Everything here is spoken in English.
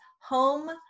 home